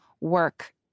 work